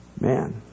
Man